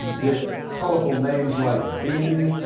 with colorful names like bing,